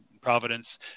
Providence